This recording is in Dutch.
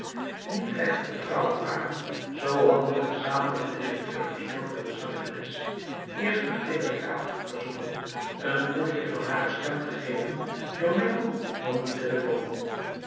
niet recht te vertrouwen waren zoo hadden de gezamenlijke directeurs besloten de zangeres eerst per telegraaf te verzoeken een proefje van hare stem te geven door middel van den telephone